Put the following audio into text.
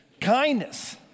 Kindness